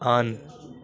on